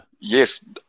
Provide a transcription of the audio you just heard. yes